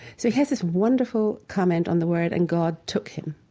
so he has this wonderful comment on the word and god took him.